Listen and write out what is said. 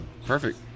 Perfect